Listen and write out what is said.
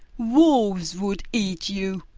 wolves would eat you!